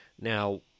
now